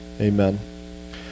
Amen